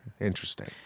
interesting